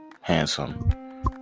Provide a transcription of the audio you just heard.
handsome